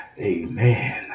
amen